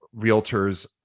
realtors